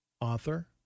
author